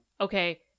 Okay